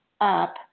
up